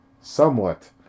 somewhat